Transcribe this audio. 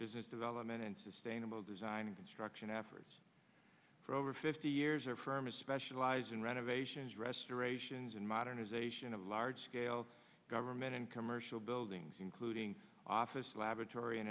business development and sustainable design and construction efforts for over fifty years or firms specialize in renovations restorations and modernization of large scale government and commercial buildings including office laboratory